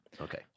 okay